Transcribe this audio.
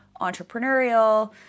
entrepreneurial